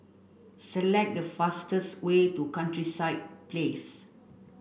select the fastest way to Countryside Place